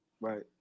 right